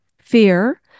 fear